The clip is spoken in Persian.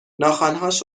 ناخنهاش